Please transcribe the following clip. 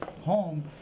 home